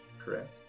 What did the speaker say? correct